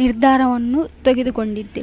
ನಿರ್ಧಾರವನ್ನು ತೆಗೆದುಕೊಂಡಿದ್ದೆ